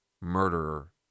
murderer